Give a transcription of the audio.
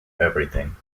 everything